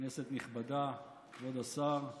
כנסת נכבדה, כבוד השר,